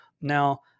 Now